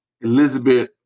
Elizabeth